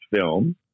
film